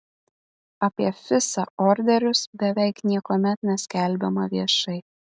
apie fisa orderius beveik niekuomet neskelbiama viešai